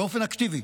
באופן אקטיבי.